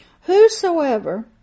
Whosoever